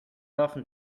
often